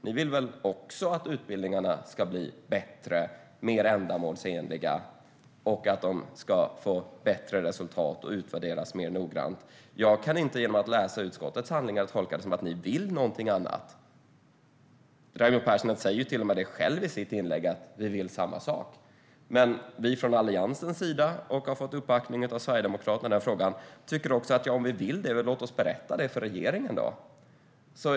Ni vill väl också att utbildningarna ska bli bättre och mer ändamålsenliga och att de ska få bättre resultat och utvärderas mer noggrant? Jag kan inte genom att läsa utskottets handlingar tolka det som att ni vill någonting annat. Raimo Pärssinen säger till och med själv i sitt inlägg att vi vill samma sak. Men vi från Alliansens sida, och vi har fått uppbackning av Sverigedemokraterna i den frågan, tycker att vill vi det ska vi också berätta det för regeringen.